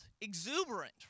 exuberant